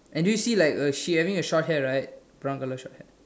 and do you see like a she having a short hair right brown color short hair